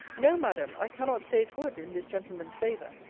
no, madam, i cannot say it would, in this gentleman's favour.